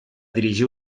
dirigir